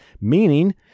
Meaning